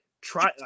try